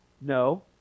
No